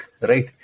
Right